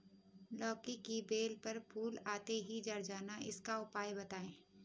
लौकी की बेल पर फूल आते ही झड़ जाना इसका उपाय बताएं?